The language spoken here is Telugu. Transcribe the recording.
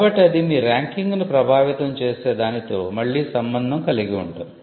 కాబట్టి అది మీ ర్యాంకింగ్ను ప్రభావితం చేసే దానితో మళ్ళీ సంబంధం కలిగి ఉంటుంది